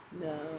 No